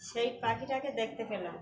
সেই পাখিটাকে দেখতে পেলাম